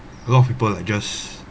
a lot of people like just